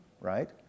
right